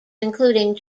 including